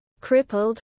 crippled